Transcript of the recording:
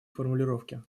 формулировки